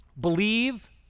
Believe